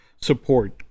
support